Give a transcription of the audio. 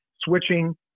switching